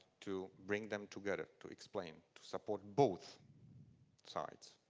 to bring them together. to explain. to support both sides.